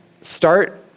start